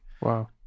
Wow